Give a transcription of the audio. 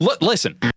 listen